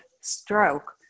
stroke